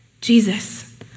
Jesus